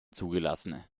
zugelassen